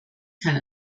kein